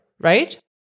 Right